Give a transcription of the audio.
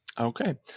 okay